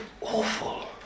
Awful